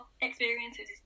experiences